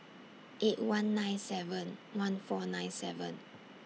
eight one nine seven one four nine seven